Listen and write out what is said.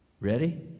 ready